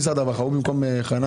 אני כאן.